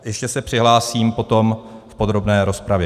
Ještě se přihlásím potom v podrobné rozpravě.